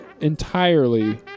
entirely